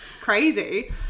crazy